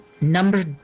number